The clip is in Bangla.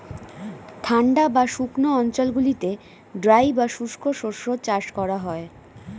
ঠান্ডা বা শুকনো অঞ্চলগুলিতে ড্রাই বা শুষ্ক শস্য চাষ করা হয়